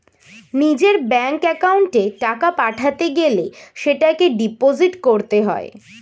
নিজের ব্যাঙ্ক অ্যাকাউন্টে টাকা পাঠাতে গেলে সেটাকে ডিপোজিট করতে হয়